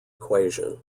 equation